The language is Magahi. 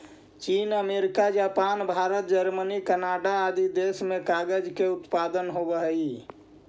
चीन, America, Japan, Bharat, Germany, Canada आदि देश में कागज के उत्पादन होवऽ हई